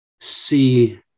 see